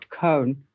cone